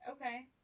Okay